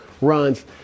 runs